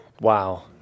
Wow